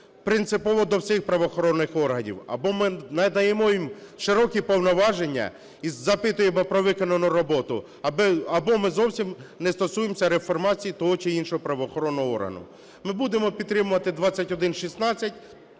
принципово до всіх правоохоронних органів. Або ми надаємо їм широкі повноваження і запитуємо про виконану роботу, або ми зовсім не стосуємося реформації того чи іншого правоохоронного органу. Ми будемо підтримувати 2116,